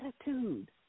attitude